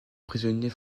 prisonniers